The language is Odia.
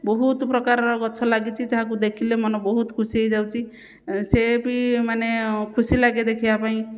ବହୁତ ପ୍ରକାରର ଗଛ ଲାଗିଛି ଯାହାକୁ ଦେଖିଲେ ମନ ବହୁତ ଖୁସି ହୋଇଯାଉଛି ସେ ବି ମାନେ ଖୁସି ଲାଗେ ଦେଖିବା ପାଇଁ